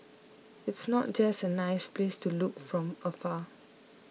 it's not just a nice place to look from afar